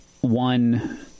one